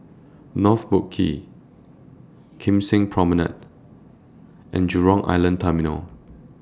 North Boat Quay Kim Seng Promenade and Jurong Island Terminal